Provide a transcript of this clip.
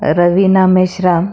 Raveena Meshram